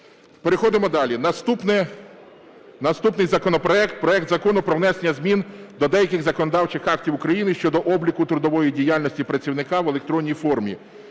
Переходимо далі. Наступний законопроект – проект Закону про внесення змін до деяких законодавчих актів України щодо обліку трудової діяльності працівника в електронній формі,